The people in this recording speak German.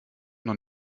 noch